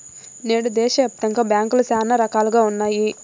నేడు దేశాయాప్తంగా బ్యాంకులు శానా రకాలుగా ఉన్నాయి